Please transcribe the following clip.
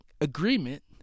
agreement